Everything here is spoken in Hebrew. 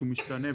שהוא השתנה?